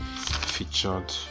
featured